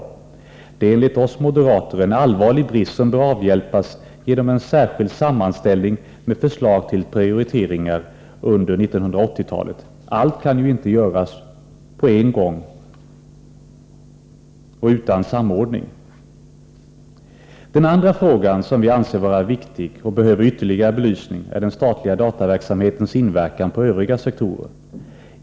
Detta är enligt oss moderater en allvarlig brist som bör avhjälpas genom en särskild sammanställning med förslag till prioriteringar under 1980-talet. Allt kan ju inte göras på en gång och utan samordning. Den andra fråga som vi anser vara viktig och behöver ytterligare belysning är den statliga dataverksamhetens inverkan på övriga sektorer.